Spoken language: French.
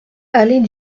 allée